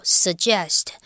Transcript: suggest